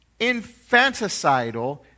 infanticidal